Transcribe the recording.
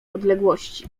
odległości